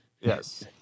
Yes